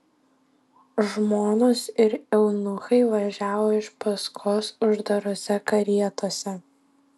žmonos ir eunuchai važiavo iš paskos uždarose karietose